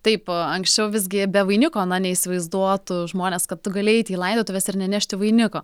taip anksčiau visgi be vainiko na neįsivaizduotų žmonės kad tu gali eiti į laidotuves ir nenešti vainiko